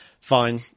Fine